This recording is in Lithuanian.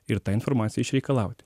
ir tą informaciją išreikalauti